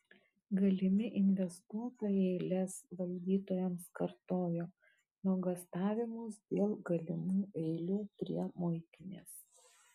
galimi investuotojai lez valdytojams kartojo nuogąstavimus dėl galimų eilių prie muitinės